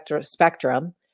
spectrum